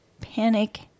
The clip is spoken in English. Panic